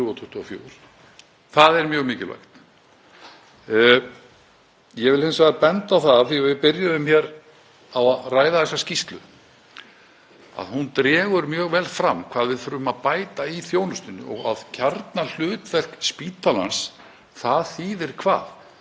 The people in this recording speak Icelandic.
að hún dregur mjög vel fram hvað við þurfum að bæta í þjónustunni. Að kjarna hlutverk spítalans, það þýðir hvað? Að spítalinn fái að sinna því sem hann á að vera að gera og gera það betur og nýta allan annan mannauð í kerfinu.